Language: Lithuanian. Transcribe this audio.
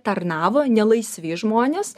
tarnavo nelaisvi žmonės